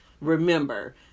remember